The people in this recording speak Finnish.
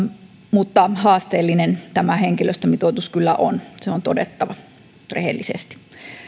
mutta haasteellinen tämä henkilöstömitoitus kyllä on se on todettava rehellisesti